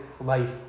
life